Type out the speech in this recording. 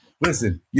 Listen